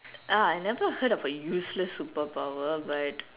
ah I never heard of a useless superpower but